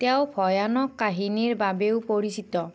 তেওঁ ভয়ানক কাহিনীৰ বাবেও পৰিচিত